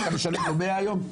אתה משלם לו 100 היום?